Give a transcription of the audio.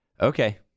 Okay